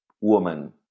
woman